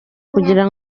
kugira